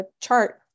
chart